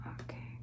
Okay